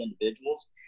individuals